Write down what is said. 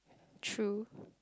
true